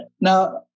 now